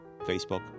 Facebook